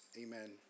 Amen